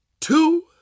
two